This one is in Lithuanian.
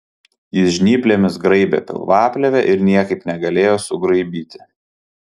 jis žnyplėmis graibė pilvaplėvę ir niekaip negalėjo sugraibyti